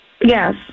Yes